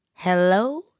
Hello